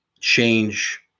change